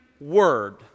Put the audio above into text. word